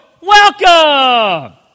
welcome